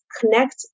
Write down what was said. connect